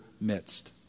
midst